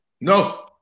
No